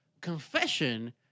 confession